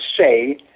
say